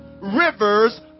rivers